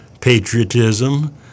patriotism